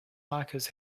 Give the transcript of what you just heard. markers